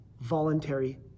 voluntary